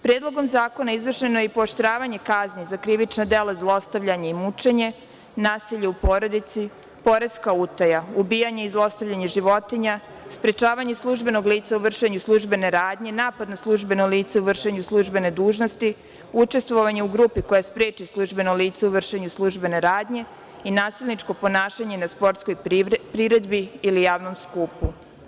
Predlogom zakona izvršeno je i pooštravanje kazni za krivično delo zlostavljanje i mučenje, nasilje u porodici, poreska utaja, ubijanje i zlostavljanje životinja, sprečavanje službenog lica u vršenju službene radnje, napad na službeno lice u vršenju službene dužnosti, učestvovanje u grupi koja spreči službeno lice u vršenju službene radnje i nasilničko ponašanje na sportskoj priredbi ili javnom skupu.